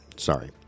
Sorry